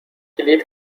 کلید